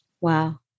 Wow